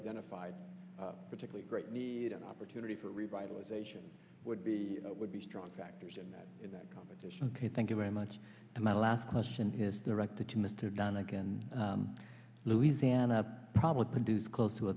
identified particular great need an opportunity for revitalization would be would be strong factors in that in that competition ok thank you very much and my last question his direct to to mr dunn i can louisiana probably produce close to